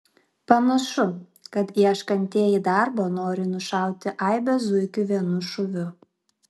panašu kad ieškantieji darbo nori nušauti aibę zuikių vienu šūviu